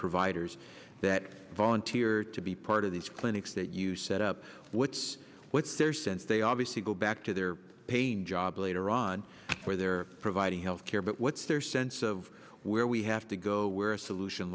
providers that volunteered to be part of these clinics that you set up what's what's their sense they obviously go back to their paint job later on where they're providing health care but what's their sense of where we have to go where a solution